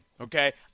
Okay